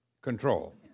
control